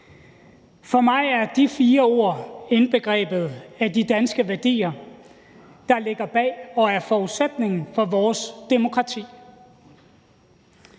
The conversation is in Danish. For mig er de fire ord indbegrebet af de danske værdier, der ligger bag og er forudsætningen for vores demokrati.